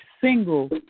single